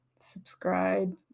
subscribe